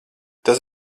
tas